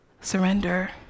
surrender